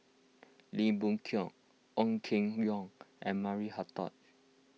Lim Boon Keng Ong Keng Yong and Maria Hertogh